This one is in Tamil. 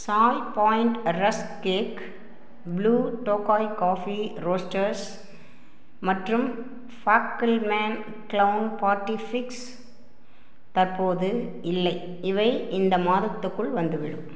Sai Point rusk cake Blue Tokai coffee roasters மற்றும் ஃபாக்கெல்மேன் க்ளவுன் பார்ட்டி பிக்ஸ் தற்போது இல்லை இவை இந்த மாதத்துக்குள் வந்துவிடும்